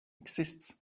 exists